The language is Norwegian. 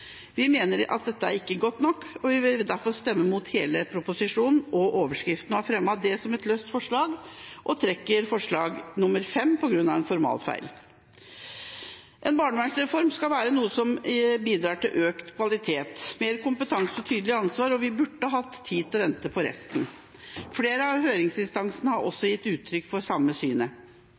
Vi mener at dette ikke er godt nok og vil derfor stemme mot hele proposisjonen og overskriften. Vi har fremmet dette som løst forslag, og trekker forslag nr. 5, på grunn av en formalfeil. En barnevernsreform skal være noe som bidrar til økt kvalitet, mer kompetanse og tydelig ansvar, og vi burde hatt tid til å vente på resten. Flere av høringsinstansene har også gitt uttrykk for det samme synet.